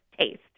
taste